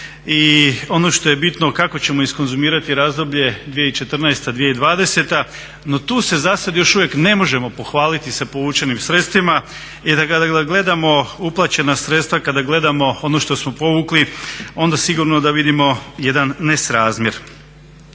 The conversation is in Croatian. i ono što je bitno kako ćemo iskonzumirati razdoblje 2014.-2020. no tu se zasad još uvijek ne možemo pohvaliti sa povučenim sredstvima. I da kada gledamo uplaćena sredstva, kada gledamo ono što smo povukli, onda sigurno da vidimo jedan nesrazmjer.